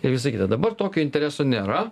ir visa kita dabar tokio intereso nėra